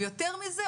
ויותר מזה,